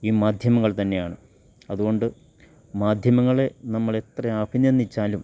ഈ മാധ്യമങ്ങൾ തന്നെയാണ് അതുകൊണ്ട് മാധ്യമങ്ങളെ നമ്മളെത്ര അഭിനന്ദിച്ചാലും